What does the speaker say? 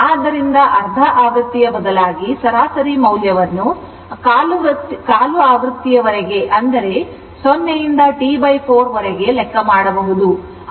ಆದ್ದರಿಂದ ಅರ್ಧ ಆವೃತ್ತಿಯ ಬದಲಾಗಿ ಸರಾಸರಿ ಮೌಲ್ಯವನ್ನು ಅದನ್ನು ಕಾಲು ಆವೃತ್ತಿಯವರೆಗೆ ಅಂದರೆ 0 ರಿಂದ T 4 ಗೆ ಲೆಕ್ಕ ಮಾಡಬಹುದು